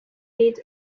mid